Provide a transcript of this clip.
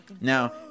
now